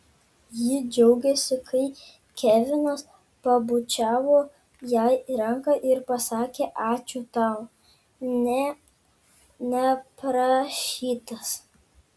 ji džiaugėsi kai kevinas pabučiavo jai ranką ir pasakė ačiū tau nė neprašytas